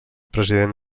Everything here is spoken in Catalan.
president